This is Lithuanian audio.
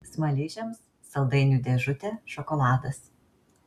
smaližiams saldainių dėžutė šokoladas